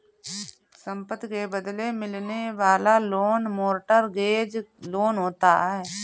संपत्ति के बदले मिलने वाला लोन मोर्टगेज लोन होता है